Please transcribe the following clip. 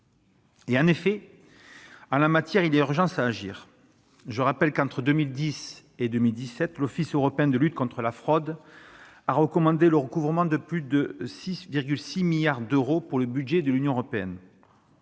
». Or, en la matière, il y a bel et bien urgence à agir. Je rappelle que, entre 2010 et 2017, l'Office européen de lutte antifraude a recommandé le recouvrement de plus de 6,6 milliards d'euros pour le budget de l'Union européenne.